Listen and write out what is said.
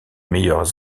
meilleurs